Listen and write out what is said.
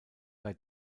bei